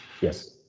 Yes